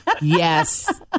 Yes